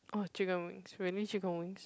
oh chicken wings really chicken wings